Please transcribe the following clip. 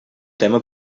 tema